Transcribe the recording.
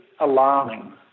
alarming